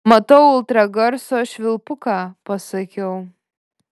matau ultragarso švilpuką pasakiau